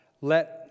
let